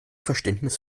verständnis